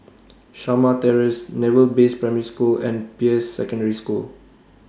Shamah Terrace Naval Base Primary School and Peirce Secondary School